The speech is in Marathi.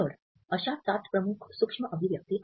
तर अश्या सात प्रमुख सूक्ष्म अभिव्यक्ति आहेत